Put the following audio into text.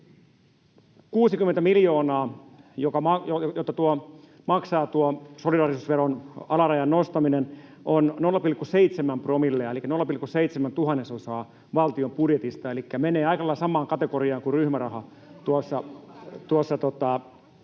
60 miljoonaa, jonka solidaarisuusveron alarajan nostaminen maksaa, on 0,7 promillea elikkä 0,7 tuhannesosaa valtion budjetista. Elikkä se menee aika lailla samaan kategoriaan kuin ryhmäraha